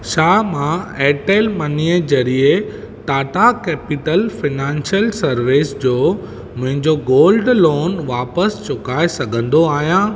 छा मां एयरटेल मनीअ जरिए टाटा कैपिटल फाइनेंसियल सर्विसेज़ जो मुंहिंजो गोल्ड लोन वापसि चुकाए सघंदो आहियां